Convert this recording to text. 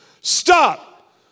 Stop